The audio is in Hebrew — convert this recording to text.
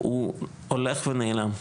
הוא הולך ונעלם.